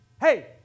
Hey